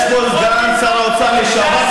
יש פה סגן שר האוצר לשעבר,